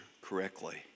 correctly